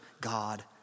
God